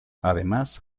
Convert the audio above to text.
además